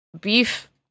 beef